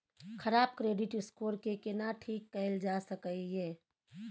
खराब credit score के केना ठीक कैल जा सकै ये?